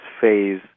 phase